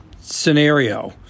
scenario